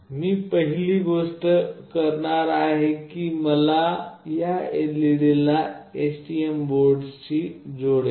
मी पहिली गोष्ट करणार आहे की मी या LED ला STM बोर्डाशी जोडेल